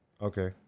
Okay